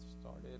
started